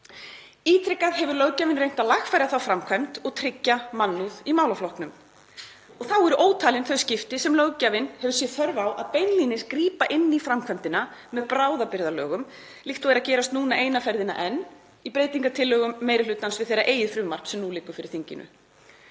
Ítrekað hefur löggjafinn reynt að lagfæra þá framkvæmd og tryggja mannúð í málaflokknum. Þá eru ótalin þau skipti sem löggjafinn hefur séð þörf á að beinlínis grípa inn í framkvæmdina með bráðabirgðalögum líkt og er að gerast núna eina ferðina enn í breytingartillögum meiri hlutans við þeirra eigið frumvarp sem nú liggur fyrir þinginu.